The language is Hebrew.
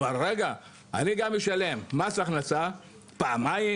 אבל רגע, אני גם אשלם מס הכנסה פעמיים?